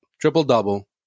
triple-double